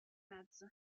mezzo